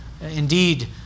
Indeed